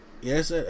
Yes